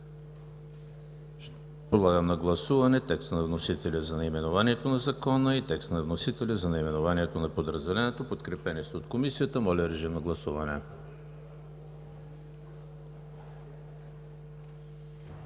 Подлагам на гласуване текста на вносителя за наименованието на Закона и текста на вносителя за наименованието на подразделението, подкрепени от Комисията. Гласували